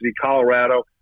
Colorado